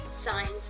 science